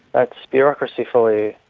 that's bureaucracy for you.